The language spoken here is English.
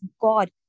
God